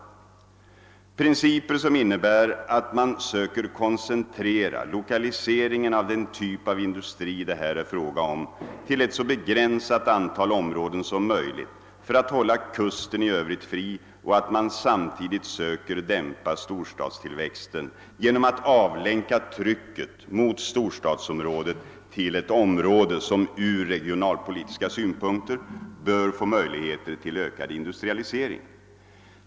Dessa principer innebär att man söker koncentrera lokaliseringen av den typ av industri det här är fråga om till ett så begränsat antal områden som möjligt för att hålla kusten i övrigt fri. Samtidigt söker man dämpa storstadstillväxten genom att avlänka trycket från storstadsområdena till områden som ur regionalpolitisk synpunkt bör få möjligheter till ökad industrialisering.